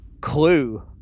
Clue